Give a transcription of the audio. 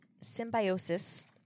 symbiosis